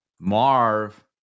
Marv